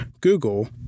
Google